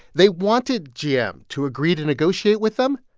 they wanted gm to agree to negotiate with them.